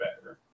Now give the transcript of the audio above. better